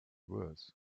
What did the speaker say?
worse